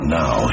now